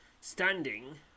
Standing